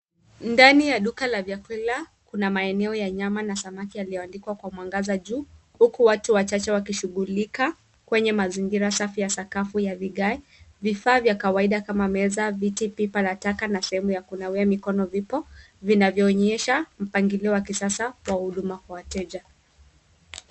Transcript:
Ndani ya duka la vyakula kuna maeneo ya nyama na samaki yaliyoandikwa kwa mwangaza juu, huku watu wachache wakishughulika kwenye mazingira safi ya sakafu ya vigae, vifaa vya kawaida kama meza, viti, pipa na taka na sehemu ya kunawia mkono vipo vinavyoonyesha mpangilio wa kisasa kwa huduma kwa wateja.